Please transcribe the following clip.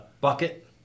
bucket